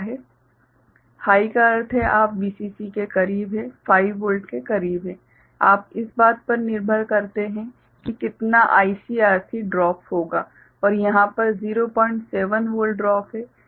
high का अर्थ है कि आप Vcc के करीब हैं 5 वोल्ट के करीब है आप इस बात पर निर्भर करते हैं कि कितना IcRc ड्रॉप होगा और यहाँ पर 07 वोल्ट ड्रॉप है